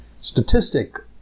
statistic